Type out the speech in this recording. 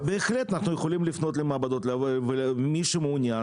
בהחלט אנחנו יכולים לפנות למעבדות ומי שמעוניין.